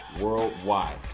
worldwide